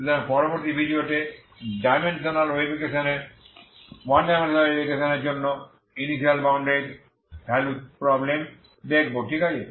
সুতরাং পরবর্তী ভিডিওতে 1 ডাইমেনশনাল ওয়েভ ইকুয়েশন এর জন্য ইনিশিয়াল বাউন্ডারি ভ্যালু প্রবলেম দেখবো ঠিক আছে